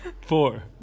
four